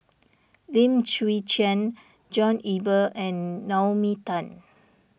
Lim Chwee Chian John Eber and Naomi Tan